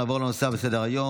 נעבור לנושא הבא שעל סדר-היום,